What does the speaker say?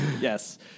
Yes